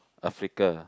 Africa